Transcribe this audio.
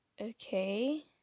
okay